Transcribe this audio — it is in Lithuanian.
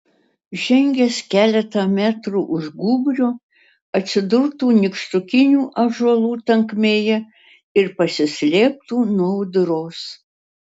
žengęs keletą metrų už gūbrio atsidurtų nykštukinių ąžuolų tankmėje ir pasislėptų nuo audros